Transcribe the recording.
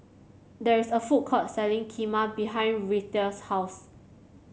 there is a food court selling Kheema behind Reatha's house